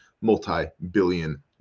multi-billion